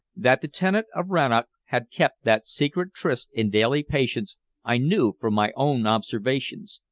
that the tenant of rannoch had kept that secret tryst in daily patience i knew from my own observations,